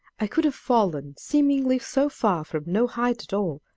i could have fallen seemingly so far from no height at all,